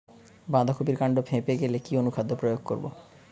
বাঁধা কপির কান্ড ফেঁপে গেলে কি অনুখাদ্য প্রয়োগ করব?